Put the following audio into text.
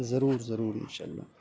ضرور ضرور ان شاء اللہ